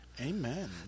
Amen